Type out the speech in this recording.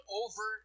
over